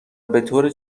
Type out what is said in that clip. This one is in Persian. بطور